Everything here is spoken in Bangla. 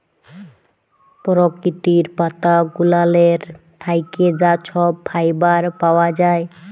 পরকিতির পাতা গুলালের থ্যাইকে যা ছব ফাইবার পাউয়া যায়